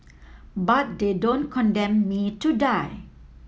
but they don't condemn me to die